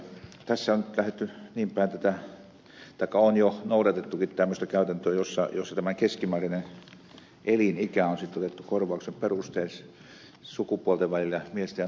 tässä on nyt lähdetty niinpäin tätä tekemään taikka on jo noudatettukin tämmöistä käytäntöä että tämmöinen keskimääräinen elinikä on sitten otettu korvauksen perusteeksi sukupuolten välillä miesten ja naisten välillä